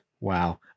Wow